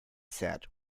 said